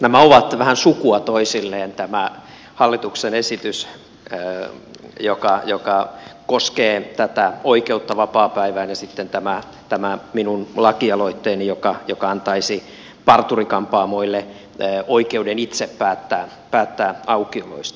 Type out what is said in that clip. nämä ovat vähän sukua toisilleen tämä hallituksen esitys joka koskee oikeutta vapaapäivään ja sitten tämä minun lakialoitteeni joka antaisi parturi kampaamoille oikeuden itse päättää aukioloista